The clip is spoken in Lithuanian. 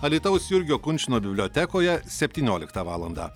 alytaus jurgio kunčino bibliotekoje septynioliktą valandą